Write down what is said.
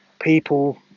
people